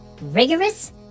rigorous